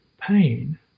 pain